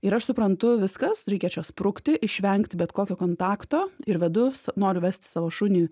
ir aš suprantu viskas reikia čia sprukti išvengti bet kokio kontakto ir vedu s noriu vesti savo šunį